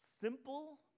simple